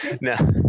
No